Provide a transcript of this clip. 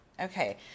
Okay